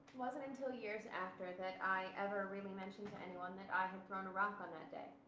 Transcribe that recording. wasn't until years after that i ever really mentioned to anyone that i had thrown a rock on that day.